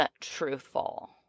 truthful